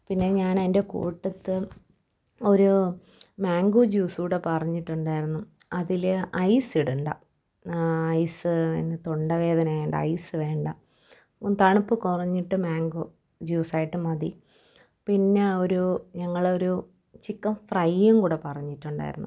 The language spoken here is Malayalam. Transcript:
പിന്നെ ഞാനതിൻ്റെ കൂട്ടത്ത് ഒരു മേങ്കോ ജ്യൂസു കൂടി പറഞ്ഞിട്ടുണ്ടായിരുന്നു അതിൽ ഐസ് ഇടേണ്ട ഐസ് എനിക്കു തൊണ്ടവേദന ആയതു കൊണ്ട് ഐസ് വേണ്ട തണുപ്പു കുറഞ്ഞിട്ട് മേങ്കോ ജ്യൂസായിട്ടു മതി പിന്നെ ഒരു ഞങ്ങൾ ഒരു ചിക്കൻ ഫ്രൈയും കൂടി പറഞ്ഞിട്ടുണ്ടായിരുന്നു